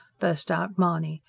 burst out mahony.